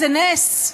איזה נס,